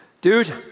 Dude